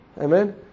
Amen